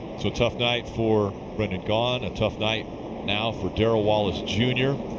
so tough night for brendan gaughan, tough night now for darrell wallace jr.